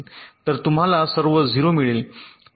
तर तुम्हाला सर्व 0 मिळेल